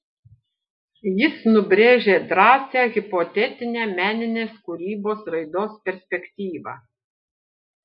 jis nubrėžė drąsią hipotetinę meninės kūrybos raidos perspektyvą